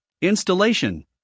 installation